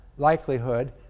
likelihood